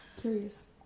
Curious